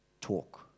talk